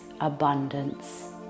abundance